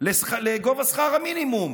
לגובה שכר המינימום.